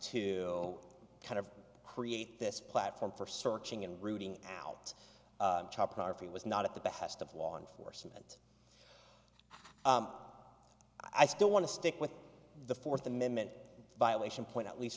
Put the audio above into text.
to kind of create this platform for searching and rooting out he was not at the behest of law enforcement i still want to stick with the fourth amendment violation point at least